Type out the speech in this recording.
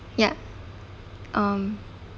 ya um